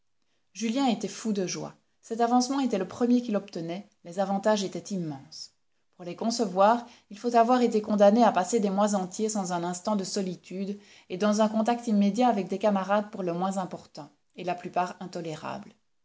julien était fou de joie cet avancement était le premier qu'il obtenait les avantages étaient immenses pour les concevoir il faut avoir été condamné à passer des mois entiers sans un instant de solitude et dans un contact immédiat avec des camarades pour le moins importuns et la plupart intolérables